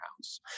house